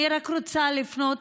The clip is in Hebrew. אני רק רוצה לפנות,